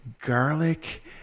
garlic